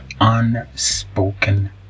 unspoken